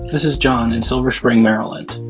this is john in silver spring, md. um and